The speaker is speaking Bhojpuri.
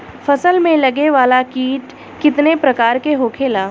फसल में लगे वाला कीट कितने प्रकार के होखेला?